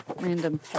random